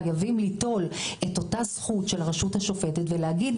חייבים ליטול את אותה זכות של הרשות השופטת ולהגיד,